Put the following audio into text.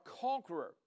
conqueror